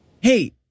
Hey